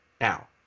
now